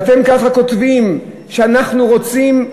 ואתם ככה כותבים, שאנחנו רוצים,